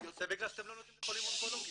-- זה בגלל שאתם לא נותנים לחולים אונקולוגים.